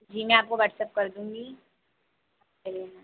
जी मैं आपको व्हाटसप कर दूँगी चलिए मैम